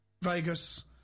Vegas